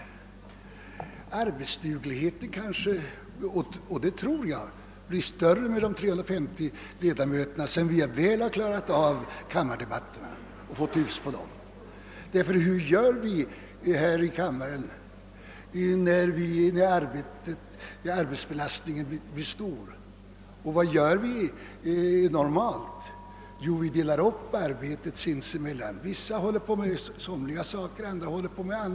Jag tror faktiskt att arbetsdugligheten blir större med de 350 ledamöterna sedan vi väl fått hyfs på kammardebatterna. Ty hur gör vi normalt här i riksdagen när arbetsbelastningen blir stor? Jo, vi delar upp arbetet mellan oss — vissa sysslar med de och de sakerna, andra sysslar med andra ting.